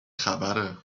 خبره